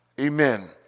Amen